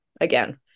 again